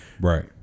right